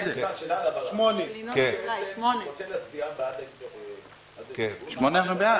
שאלה הבהרה: אני רוצה להצביע בעד ההסתייגות אבל קודם הצבעתי בעד